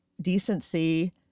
decency